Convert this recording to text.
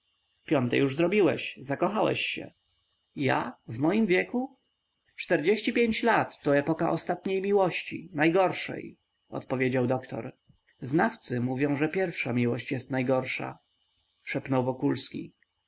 piąte już zrobiłeś zakochałeś się ja w moim wieku czterdzieści pięć lat to epoka ostatniej miłości najgorszej odpowiedział doktor znawcy mówią że pierwsza miłość jest najgorsza szepnął wokulski